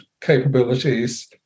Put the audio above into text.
capabilities